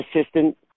assistant